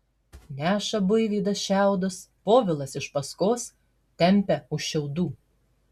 neša buivydas šiaudus povilas iš paskos tempia už šiaudų